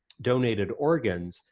donated organs,